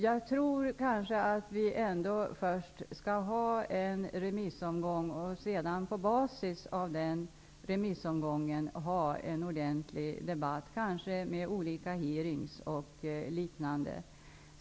Jag tror ändå att vi först skall ha en remissomgång för att sedan på basis av den ordna en ordentlig debatt, kanske med olika utfrågningar och liknande.